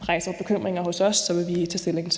rejser bekymringer hos os, vil vi tage stilling